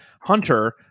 hunter